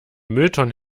mülltonnen